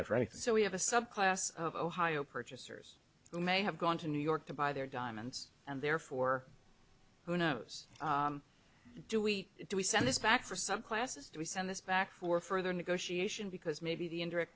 anything so we have a subclass of ohio purchasers who may have gone to new york to buy their diamonds and therefore who knows do we do we send this back for some classes do we send this back for further negotiation because maybe the indirect